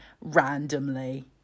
randomly